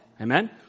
Amen